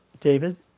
David